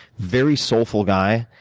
very soulful guy.